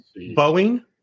Boeing